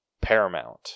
Paramount